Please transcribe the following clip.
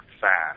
fast